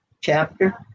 chapter